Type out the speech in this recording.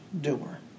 doer